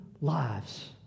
lives